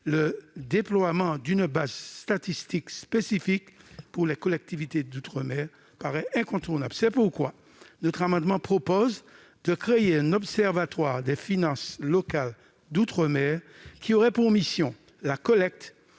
le déploiement d'une base statistique spécifique pour les collectivités d'outre-mer paraît incontournable. C'est pourquoi notre amendement vise à créer un observatoire des finances locales outre-mer, qui aurait pour mission la collecte,